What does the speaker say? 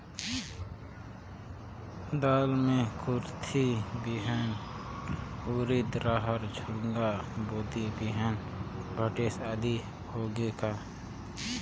दाल मे कुरथी बिहान, उरीद, रहर, झुनगा, बोदी बिहान भटेस आदि होगे का?